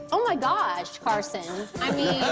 oh, my gosh, carson. i mean,